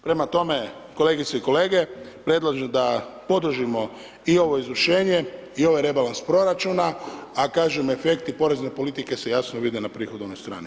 Prema tome, kolegice i kolege, predlažem da podržimo i ovo izvršenje i ovaj rebalans proračuna a kažem, efekti porezne politike se jasno vide na prihodovnoj strani.